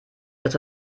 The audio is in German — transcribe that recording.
das